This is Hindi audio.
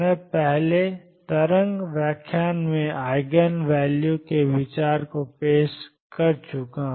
मैंने पहले तरंग व्याख्यान में आईगनवैल्यू के विचार को पेश किया है